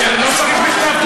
לא צריך בכתב.